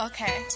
Okay